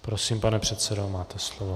Prosím, pane předsedo, máte slovo.